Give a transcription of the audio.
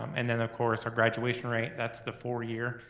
um and then of course our graduation rate, that's the four-year.